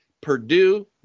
Purdue